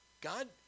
God